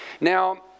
Now